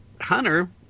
Hunter